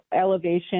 Elevation